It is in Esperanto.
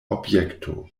objekto